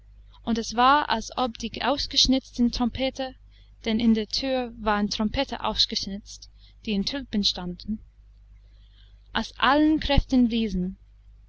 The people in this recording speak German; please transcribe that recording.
und es war als ob die ausgeschnitzten trompeter denn in der thür waren trompeter ausgeschnitzt die in tulpen standen aus allen kräften